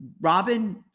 Robin